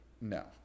No